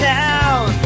town